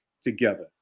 together